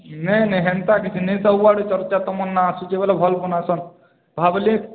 ନାଇଁ ନାଇଁ ହେନ୍ତା କିଛି ନାଇଁ ସବୁ ଆଡ଼େ ଚର୍ଚ୍ଚା ତମର୍ ନାଁ ଅସୁଛେ ବୋଇଲେ ଭଲ୍ ବନାସନ୍ ଭାବିଲି